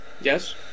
Yes